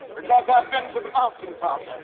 because i've been to the mountaintop